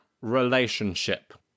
relationship